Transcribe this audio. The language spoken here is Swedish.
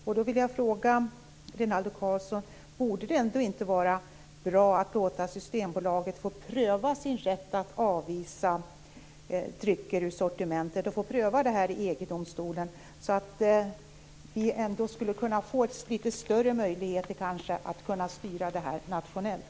Jag vill fråga Rinaldo Karlsson om det ändå inte skulle vara bra att låta Systembolaget i EG-domstolen få pröva rätten att avvisa drycker ur sitt sortiment, så att vi kunde få litet större möjligheter att styra detta nationellt?